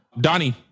Donnie